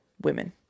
women